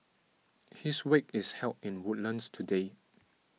his wake is held in Woodlands today